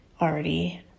already